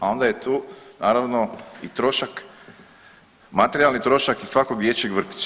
A onda je tu naravno i trošak materijalni trošak i svakog dječjeg vrtića.